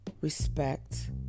respect